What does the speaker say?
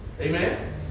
Amen